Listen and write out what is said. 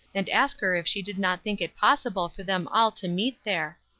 and ask her if she did not think it possible for them all to meet there.